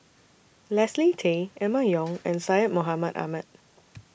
Leslie Tay Emma Yong and Syed Mohamed Ahmed